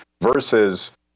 versus